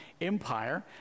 empire